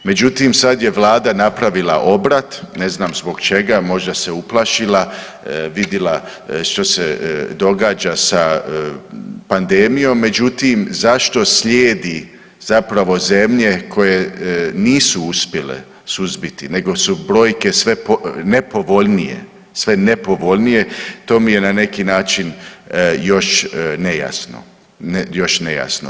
Međutim, sad je Vlada napravila obrat, ne znam zbog čega, možda se uplašila, vidila što se događa sa pandemijom, međutim, zašto slijedi zapravo zemlje koje nisu uspjele suzbiti, nego su brojke sve nepovoljnije, sve nepovoljnije, to mi je na neki način još nejasno, još nejasno.